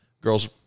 Girls